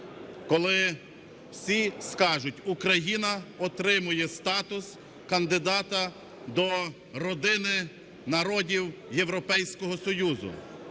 коли всі скажуть: Україна отримує статус кандидата до родини народів Європейського Союзу,